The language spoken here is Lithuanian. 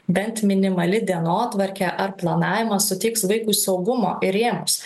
bent minimali dienotvarkė ar planavimas suteiks vaikui saugumo rėmus